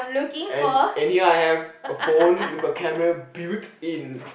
and and here I have a phone with a camera built in